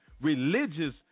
religious